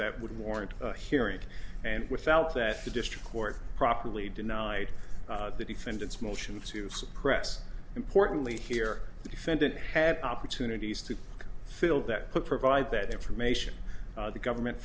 that would warrant a hearing and without that the district court properly denied the defendant's motion to suppress importantly here the defendant had opportunities to fill that could provide that information the government